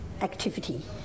activity